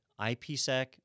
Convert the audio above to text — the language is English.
IPSec